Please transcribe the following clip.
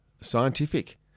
Scientific